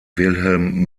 wilhelm